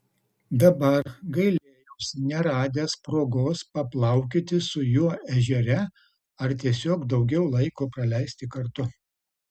dabar gailėjausi neradęs progos paplaukioti su juo ežere ar tiesiog daugiau laiko praleisti kartu